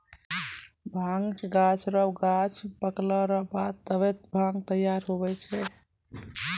भांगक गाछ रो गांछ पकला रो बाद तबै भांग तैयार हुवै छै